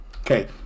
Okay